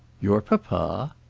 your papa!